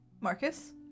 Marcus